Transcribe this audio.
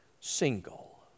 single